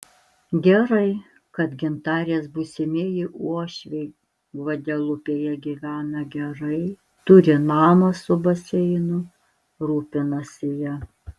gerai kad gintarės būsimieji uošviai gvadelupėje gyvena gerai turi namą su baseinu rūpinasi ja